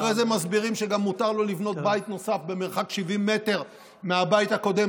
אחרי זה מסבירים שגם מותר לו לבנות בית נוסף במרחק 70 מטר מהבית הקודם,